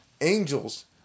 angels